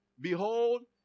Behold